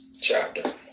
chapter